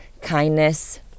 kindness